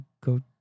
go